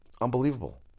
unbelievable